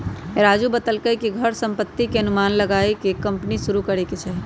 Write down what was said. राजू बतलकई कि घर संपत्ति के अनुमान लगाईये के कम्पनी शुरू करे के चाहि